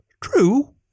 True